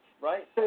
Right